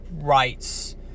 rights